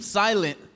silent